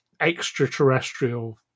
extraterrestrial